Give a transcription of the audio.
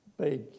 big